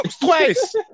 twice